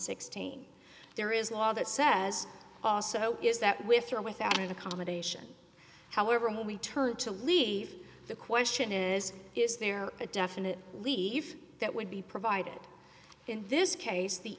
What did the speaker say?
sixteen there is a law that says also is that with or without accommodation however when we turned to leave the question is is there a definite legal if that would be provided in this case the